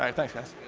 um thanks guys.